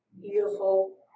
beautiful